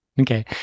Okay